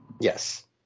Yes